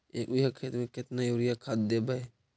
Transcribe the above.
एक बिघा खेत में केतना युरिया खाद देवै?